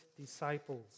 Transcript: disciples